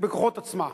בכוחות עצמה.